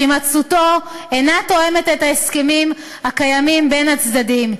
שהימצאותו אינה תואמת את ההסכמים הקיימים בין הצדדים.